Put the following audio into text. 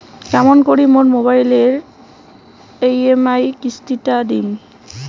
কেমন করি মোর মোবাইলের ই.এম.আই কিস্তি টা দিম?